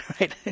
right